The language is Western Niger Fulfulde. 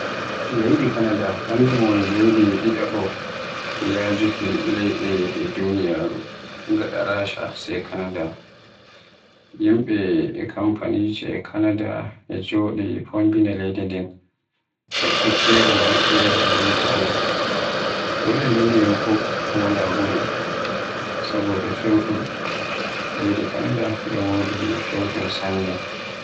Leydi Kanada kanjum woni leydi ɗiɗaɓo e yajuki leydi e Duniya gaɗa Rasha sai Kanada. Yimɓe e kamfanije e Kanada e Joɗi fombina leydi ndin takki kerol maɓɓe e leydi Amirk. Woyla leydi ndin fuf wala gure saboda fewɗum. Leydi Kanada e wodi fewɗum sanne.